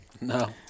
No